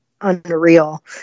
unreal